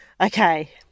Okay